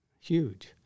Huge